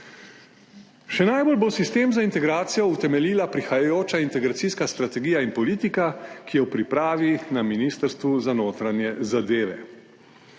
Še najbolj bo sistem za integracijo utemeljila prihajajoča integracijska strategija in politika, ki je v pripravi na Ministrstvu za notranje zadeve.